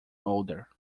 older